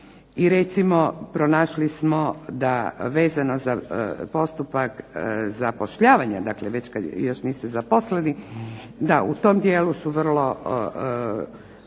i recimo pronašli smo da vezano uz postupak zapošljavanja, dakle već kada još niste zaposleni, da u tom dijelu su vrlo